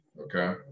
okay